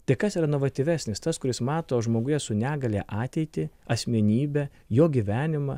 tai kas yra inovatyvesnis tas kuris mato žmoguje su negalia ateitį asmenybę jo gyvenimą